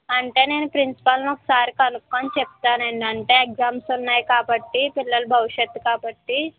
అంటే నేను ప్రిన్సిపాల్ని ఒకసారి కనుక్కుని చెప్తానండి అంటే ఎగ్జామ్స్ ఉన్నాయి కాబట్టి పిల్లల భవిష్యత్తు కాబట్టి